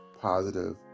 positive